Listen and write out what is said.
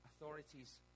authorities